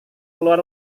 keluar